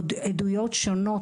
עוד עדויות שונות,